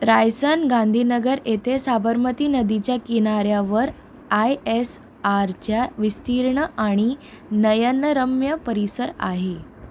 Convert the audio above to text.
रायसन गांधीनगर येथे साबरमती नदीच्या किनाऱ्यावर आय एस आरच्या विस्तीर्ण आणि नयनरम्य परिसर आहे